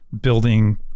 building